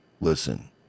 listen